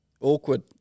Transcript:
awkward